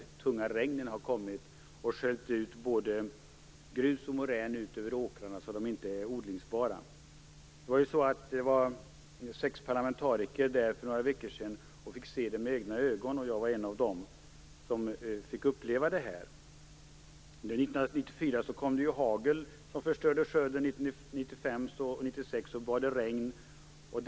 De tunga regn som har kommit har sköljt ut både grus och morän över många åkrar, så att de inte blivit odlingsbara. Sex parlamentariker var där för några veckor sedan och fick med egna ögon se situationen. Jag var en av dem som fick uppleva detta. År 1994 förstördes skörden av hagel och 1995 och 1996 av regn.